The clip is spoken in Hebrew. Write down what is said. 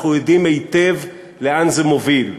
אנחנו יודעים היטב לאן זה מוביל.